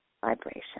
vibration